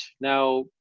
Now